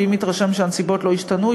ואם התרשם שהנסיבות לא השתנו,